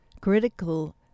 critical